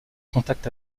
contact